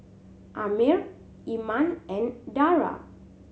Ammir Iman and Dara